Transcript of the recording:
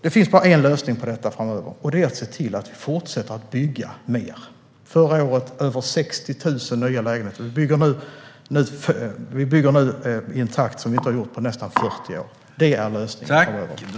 Det finns bara en lösning på detta, och det är att vi fortsätter att bygga mer. Förra året byggdes över 60 000 nya lägenheter. Vi bygger nu i en takt som vi inte har gjort på nästan 40 år. Det är lösningen.